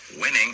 Winning